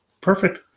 Perfect